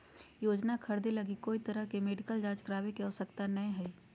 योजना खरीदे लगी कोय तरह के मेडिकल जांच करावे के आवश्यकता नयय हइ